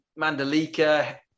Mandalika